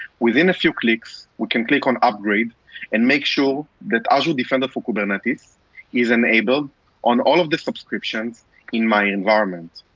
within a few clicks, we can click on upgrade and make sure that azure defender for kubernetes is enabled on all of the subscriptions in my environment.